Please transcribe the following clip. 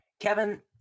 Kevin